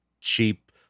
cheap